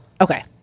Okay